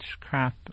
crap